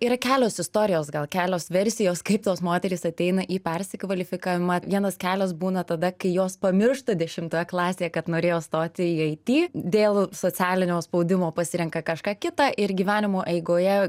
yra kelios istorijos gal kelios versijos kaip tos moterys ateina į persikvalifikavimą vienas kelias būna tada kai jos pamiršta dešimtoje klasėje kad norėjo stoti į it dėl socialinio spaudimo pasirenka kažką kitą ir gyvenimo eigoje